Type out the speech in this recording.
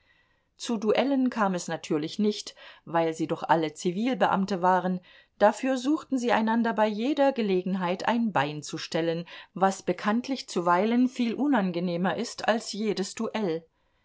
zu duellen kam es natürlich nicht weil sie doch alle zivilbeamte waren dafür suchten sie einander bei jeder gelegenheit ein bein zu stellen was bekanntlich zuweilen viel unangenehmer ist als jedes duell